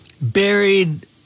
buried